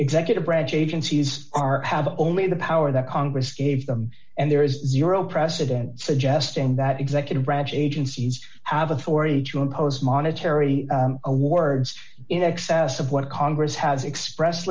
executive branch agencies are have only the power that congress gave them and there is zero precedent suggesting that executive branch agencies have authority to impose monetary awards in excess of what congress has express